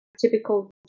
typical